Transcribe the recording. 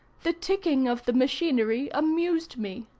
the ticking of the machinery amused me.